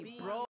bro